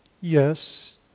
yes